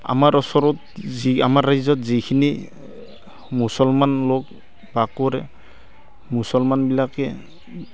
আমাৰ ওচৰত যি আমাৰ ৰাজ্যত যিখিনি মুছলমান লোক বাস কৰে মুছলমানবিলাকে